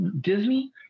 Disney